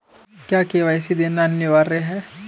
क्या के.वाई.सी देना अनिवार्य है?